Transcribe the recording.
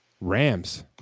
Rams